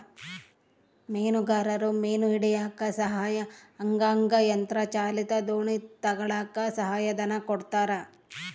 ಮೀನುಗಾರರು ಮೀನು ಹಿಡಿಯಕ್ಕ ಸಹಾಯ ಆಗಂಗ ಯಂತ್ರ ಚಾಲಿತ ದೋಣಿ ತಗಳಕ್ಕ ಸಹಾಯ ಧನ ಕೊಡ್ತಾರ